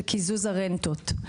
קיזוז הרנטות.